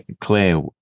clear